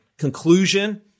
conclusion